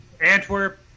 Antwerp